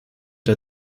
der